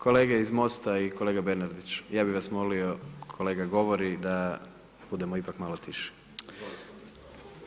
Kolege iz MOST-a i kolega Bernardić, ja bi vas molio, kolega govori, da budemo ipak malo tiše.